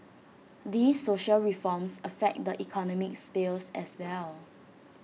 these social reforms affect the economic sphere as well